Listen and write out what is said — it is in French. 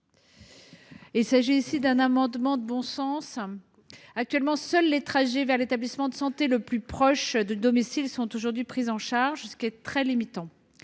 Il s’agit d’un amendement de bon sens. Actuellement, seuls les trajets vers l’établissement de santé le plus proche du domicile sont pris en charge, ce qui est très limitant.